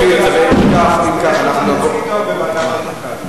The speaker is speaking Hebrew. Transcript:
יש לנו נציג טוב בוועדת חוקה.